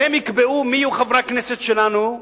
והם יקבעו מי יהיו חברי הכנסת שלנו,